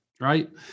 right